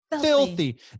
Filthy